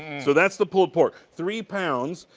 so that's the pulled pork. three pounds.